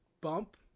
bump